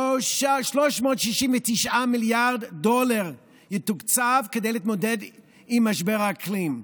הוא יתוקצב ב-369 מיליארד דולר כדי להתמודד עם משבר האקלים.